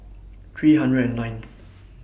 three hundred and ninth